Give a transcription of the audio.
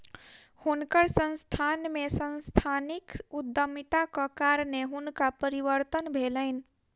हुनकर संस्थान में सांस्थानिक उद्यमिताक कारणेँ बहुत परिवर्तन भेलैन